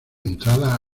entrada